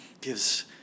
gives